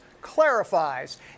clarifies